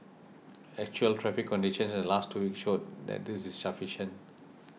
actual traffic conditions in the last two weeks showed that this is sufficient